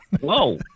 Whoa